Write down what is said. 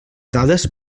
dades